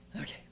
Okay